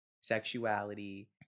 sexuality